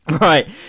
Right